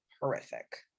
horrific